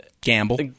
gamble